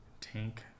Tank